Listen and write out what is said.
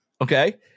okay